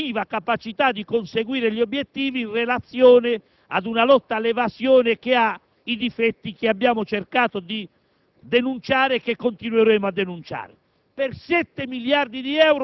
del quale abbiamo contestato la effettiva capacità di conseguire gli obiettivi in relazione ad una lotta all'evasione che ha i difetti che abbiamo cercato di